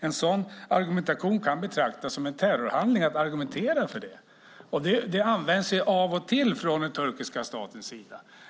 Att argumentera för det kan betraktas som en terrorhandling, och det används av och till från den turkiska statens sida.